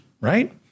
right